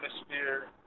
atmosphere